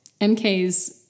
MKs